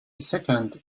second